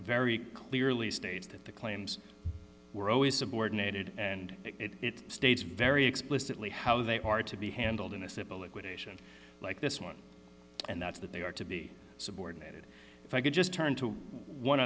very clearly states that the claims were always subordinated and it states very explicitly how they are to be handled in a civil liquidation like this one and that's that they are to be subordinated if i could just turn to one